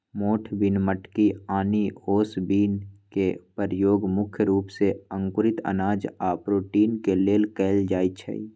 मोठ बिन मटकी आनि ओस बिन के परयोग मुख्य रूप से अंकुरित अनाज आ प्रोटीन के लेल कएल जाई छई